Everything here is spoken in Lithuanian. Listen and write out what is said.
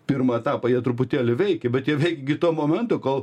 pirmą etapą jie truputėlį veikė bet jie veikė iki to momento kol